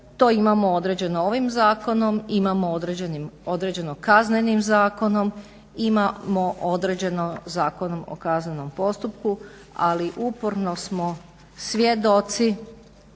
To imamo određeno ovim zakonom, imamo određeno Kaznenim zakonom, imamo određeno Zakonom o kaznenom postupku. Ali uporno smo svjedoci